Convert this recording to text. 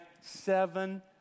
seven